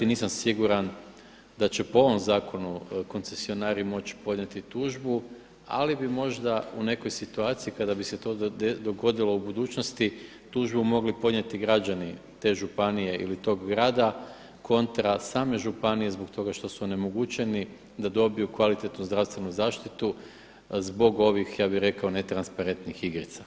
Nisam siguran da će po ovom zakonu koncesionari moći podnijeti tužbu, ali bi možda u nekoj situaciji kada bi se to dogodilo u budućnosti tužbu mogli podnijeti građani te županije ili tog grada kontra same županije zbog toga što su onemogućeni da dobiju kvalitetnu zdravstvenu zaštitu zbog ovih ne transparentnih igrica.